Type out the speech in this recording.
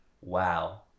Wow